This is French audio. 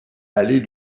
allée